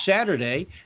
Saturday